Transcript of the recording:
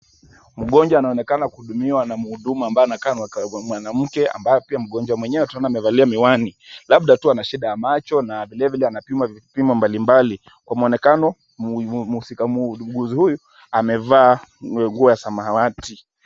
Mgonjwa anaonekana kuhudumiwa na mhudumu ambaye anakaa ni mwanamke, ambaye pia tunaona mgonjwa amevalia miwani, labda tu ana shida ya macho, na vile vile anapima vipimo mbalimbali. Kwa muonekano, mhudumu huyu amevaa nguo ya samawati.